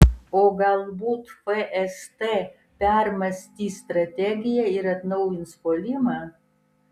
o galbūt fst permąstys strategiją ir atnaujins puolimą